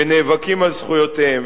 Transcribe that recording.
שנאבקים על זכויותיהם?